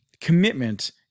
commitment